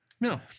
No